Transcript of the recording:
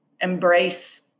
embrace